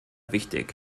wichtig